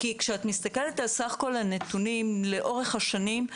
כי כשאת מסתכלת על סך כל הנתונים לאורך השנים,